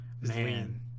Man